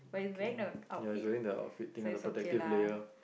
okay ya he's wearing the outfit thing ah the protective layer